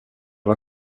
var